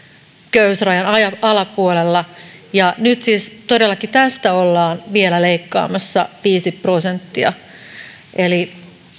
köyhyysrajan alapuolella ja nyt siis todellakin tästä ollaan vielä leikkaamassa viisi prosenttia eli